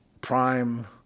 Prime